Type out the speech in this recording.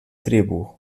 drehbuch